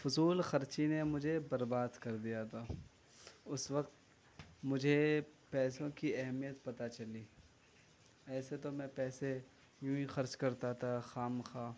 فضول خرچی نے مجھے برباد کر دیا تھا اس وقت مجھے پیسوں کی اہمیت پتہ چلی ایسے تو میں پیسے یوں ہی خرچ کرتا تھا خواہ مخواہ